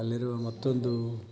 ಅಲ್ಲಿರುವ ಮತ್ತೊಂದು